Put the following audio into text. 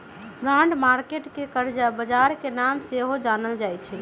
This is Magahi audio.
बॉन्ड मार्केट के करजा बजार के नाम से सेहो जानल जाइ छइ